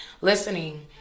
listening